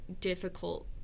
difficult